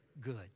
good